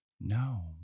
No